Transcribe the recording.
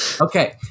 okay